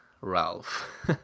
Ralph